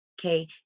Okay